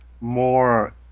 more